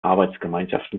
arbeitsgemeinschaften